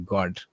God